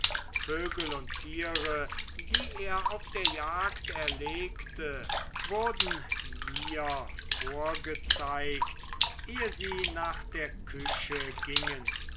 vögel und tiere die er auf der jagd erlegte wurden mir vorgezeigt ehe sie nach der küche gingen